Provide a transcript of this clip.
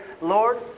Lord